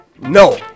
No